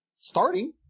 starting